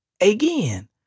again